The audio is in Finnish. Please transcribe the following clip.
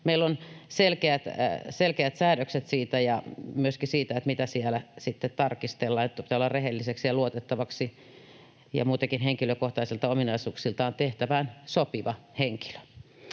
meillä on selkeät säädökset siitä ja myöskin siitä, mitä siellä sitten tarkistellaan: pitää olla rehellinen ja luotettava ja muutenkin henkilökohtaisilta ominaisuuksiltaan tehtävään sopiva henkilö.